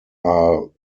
are